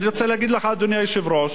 אני רוצה להגיד לך, אדוני היושב-ראש,